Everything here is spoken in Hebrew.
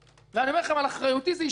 ועל אחריותי, זה יישאר כך.